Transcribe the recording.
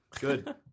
Good